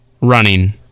running